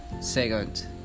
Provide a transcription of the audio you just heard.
Second